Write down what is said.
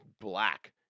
black